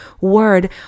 word